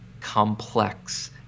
complex